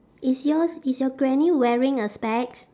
is yours is your granny wearing a specs